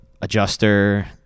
adjuster